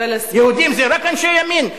יהודים זה רק אנשי ימין?